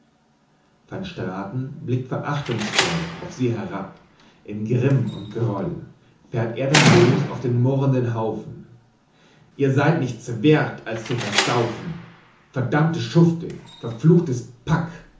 van straten blickt verachtungsvoll auf sie herab in grimm und groll fährt er dann los auf den murrenden haufen ihr seid nichts werth als zu versaufen verdammte schufte verfluchtes pack